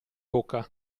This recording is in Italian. bocca